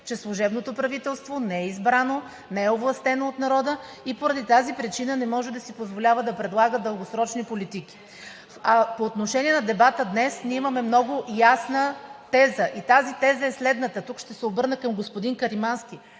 че служебното правителство не е избрано, не е овластено от народа и поради тази причина не може да си позволява да предлага дългосрочни политики. А по отношение на дебата днес, ние имаме много ясна теза и тази теза е следната – тук ще се обърна към господин Каримански.